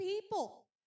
people